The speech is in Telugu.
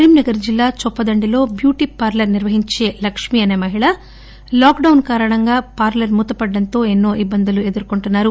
కరీంనగర్ జిల్లా చొప్పదండిలో బ్యూటీ పార్లర్ నిర్వహించే లక్ష్మి అసే మహిళ లో డౌన్ కారణంగా పార్లర్ మూతపడ్డంతో ఎన్నో ఇబ్బందులు ఎదుర్కొంటున్నారు